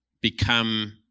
become